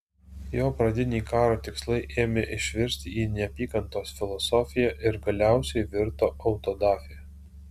jo pradiniai karo tikslai ėmė išvirsti į neapykantos filosofiją ir galiausiai virto autodafė